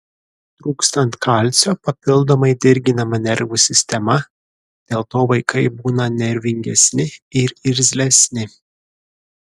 trūkstant kalcio papildomai dirginama nervų sistema dėl to vaikai būna nervingesni ir irzlesni